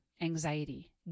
anxiety